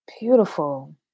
Beautiful